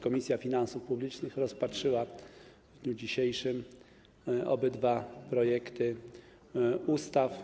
Komisja Finansów Publicznych rozpatrzyła w dniu dzisiejszym te projekty ustaw.